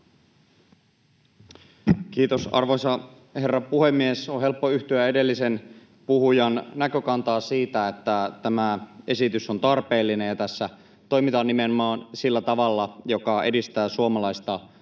Kiitos, arvoisa herra puhemies! On helppo yhtyä edellisen puhujan näkökantaan siitä, että tämä esitys on tarpeellinen ja tässä toimitaan nimenomaan sillä tavalla, joka edistää suomalaista teollisuutta,